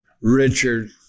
Richard